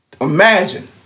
Imagine